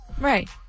Right